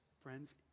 friends